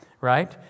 Right